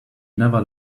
never